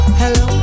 hello